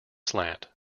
slant